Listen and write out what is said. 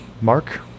Mark